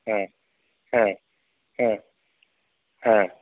ह ह ह ह